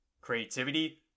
creativity